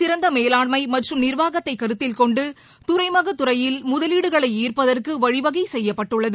சிறந்தமேலாண்மைமற்றும் நிர்வாகத்தைகருத்தில்கொண்டுதுறைமுகதுறையில் இதன்படி முதலீடுகளைஈர்ப்பதற்குவழிவகைசெய்யப்பட்டுள்ளது